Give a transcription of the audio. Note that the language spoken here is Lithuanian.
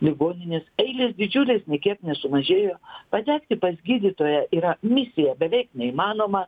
ligoninės eilės didžiulės nei kiek nesumažėjo patekti pas gydytoją yra misija beveik neįmanoma